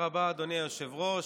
תודה רבה, אדוני היושב-ראש,